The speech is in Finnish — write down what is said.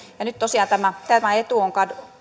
nyt tosiaan tämä tämä etu on